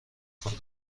کنیم